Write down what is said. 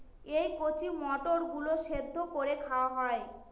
এই কচি মটর গুলো সেদ্ধ করে খাওয়া হয়